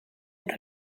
eta